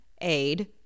aid